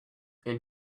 and